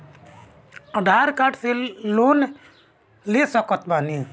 आधार card से loan ले सकत बणी?